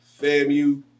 FAMU